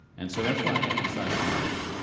and so that's why i emphasize lincoln,